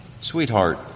sweetheart